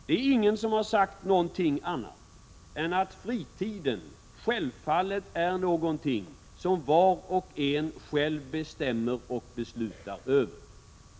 Det är ingen som har sagt någonting annat än att fritiden självfallet är någonting som var och en själv bestämmer och beslutar över.